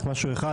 רק משהו אחד,